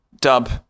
dub